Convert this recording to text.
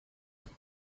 gott